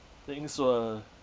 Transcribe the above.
things were